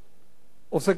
עוסקת בדאגה,